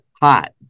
hot